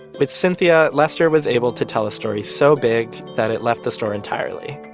with cynthia, lester was able to tell a story so big that it left the store entirely,